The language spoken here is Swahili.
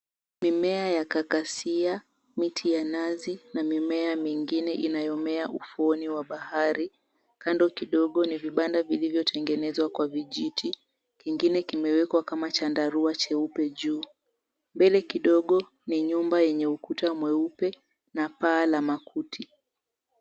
Mimea ya kakasia ,miti ya nazi na mimea mingine inayomea ufuoni wa bahari. Kando kidogo ni vibanda vilivyotengenezwa kwa vijiti, kingine kimewekwa kama chandarua cheupe juu. Mbele kidogo, ni nyumba yenye ukuta mweupe na paa la makuti.